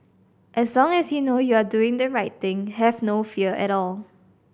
as long as you know you are doing the right thing have no fear at all